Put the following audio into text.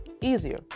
easier